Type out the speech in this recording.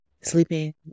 sleeping